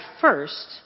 first